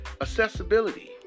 Accessibility